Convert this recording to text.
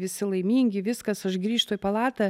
visi laimingi viskas aš grįžtu į palatą